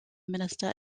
minister